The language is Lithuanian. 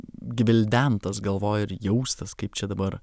gvildentas galvoj ir jaustas kaip čia dabar